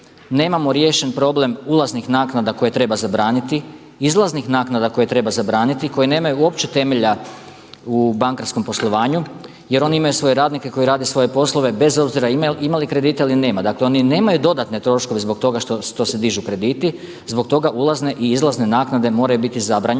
nemamo riješen problem ulaznih naknada koje treba zabraniti, izlaznih naknada koje treba zabraniti, koje nemaju uopće temelja u bankarskom poslovanju jer oni imaju svoje radnike koji rade svoje poslove bez obzira ima li kredita ili nema, dakle oni nemaju dodatne troškove zbog toga što se dižu krediti, zbog toga ulazne i izlazne naknade moraju biti zabranjene.